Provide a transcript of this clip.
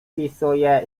wpisuje